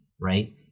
right